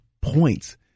points